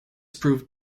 proved